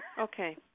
Okay